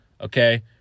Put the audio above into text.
okay